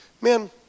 Man